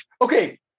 Okay